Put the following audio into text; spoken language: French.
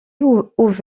ouvert